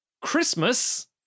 Christmas